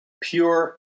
pure